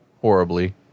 horribly